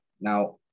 Now